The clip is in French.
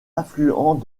affluent